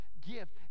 gift